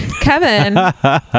Kevin